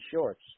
shorts